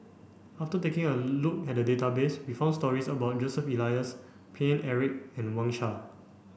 after taking a look at the database we found stories about Joseph Elias Paine Eric and Wang Sha